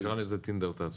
תקרא לזה 'טינדר תעסוקה'.